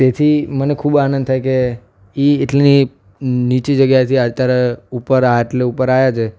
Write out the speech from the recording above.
તેથી મને ખૂબ આનંદ થાય કે એ એટલી નીચી જગ્યાએથી અત્યારે ઉપર આટલે ઉપર આવ્યા છે